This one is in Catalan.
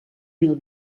mil